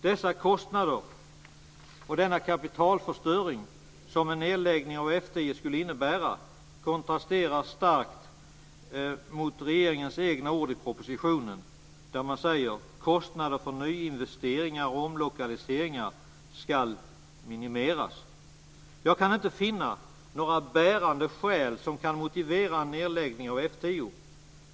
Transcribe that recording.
Dessa kostnader och denna kapitalförstöring som en nedläggning av F 10 skulle innebära kontrasterar starkt mot regeringens egna ord i propositionen: "Kostnader för nyinvesteringar och omlokaliseringar skulle minimeras." Jag kan inte finna några bärande skäl som kan motivera en nedläggning av F 10.